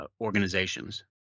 organizations